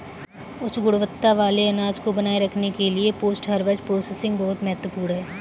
उच्च गुणवत्ता वाले अनाज को बनाए रखने के लिए पोस्ट हार्वेस्ट प्रोसेसिंग बहुत महत्वपूर्ण है